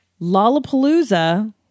Lollapalooza